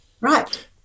right